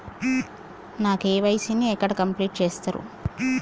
నా కే.వై.సీ ని ఎక్కడ కంప్లీట్ చేస్తరు?